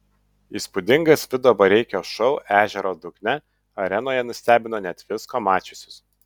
įspūdingas vido bareikio šou ežero dugne arenoje nustebino net visko mačiusius